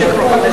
שקל פה,